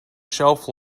shelf